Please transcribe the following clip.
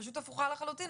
פשוט הפוכה לחלוטין.